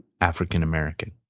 African-American